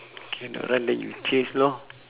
cannot run then you chase lor